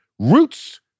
Roots